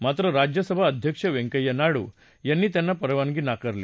मात्र राज्यसभा अध्यक्ष व्यंकय्या नायडू यांनी त्यांना परवानगी नाकारली